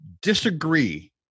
disagree